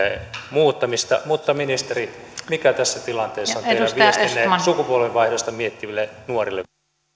muuttamista mutta ministeri mikä tässä tilanteessa on teidän viestinne sukupolvenvaihdosta miettiville nuorille